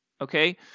okay